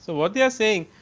what they are saying,